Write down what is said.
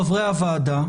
חברי הוועדה,